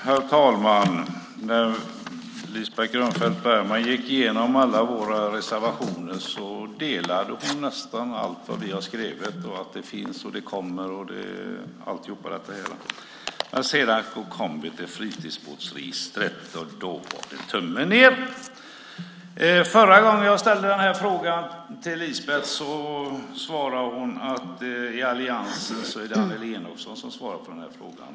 Herr talman! Lisbeth Grönfeldt Bergman har här gått igenom alla våra reservationer och instämmer i nästan allt som vi har skrivit. Det heter: Det finns, det kommer och så vidare. Men när det kommer till fritidsbåtsregistret är det tummen ned. Förra gången jag ställde en fråga till Lisbeth svarade hon att det i alliansen är Annelie Enochson som ska svara på frågan.